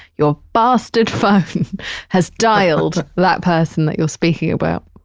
your bastard phone has dialed that person that you're speaking about